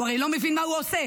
הוא הרי לא מבין מה הוא עושה.